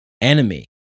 enemy